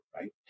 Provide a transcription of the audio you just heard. Right